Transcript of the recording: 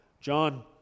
John